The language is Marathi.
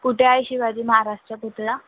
कुठे आहे शिवाजी महाराष्ट्र कुठला